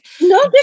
No